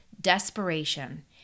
desperation